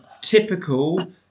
typical